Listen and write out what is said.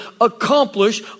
accomplish